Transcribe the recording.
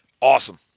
Awesome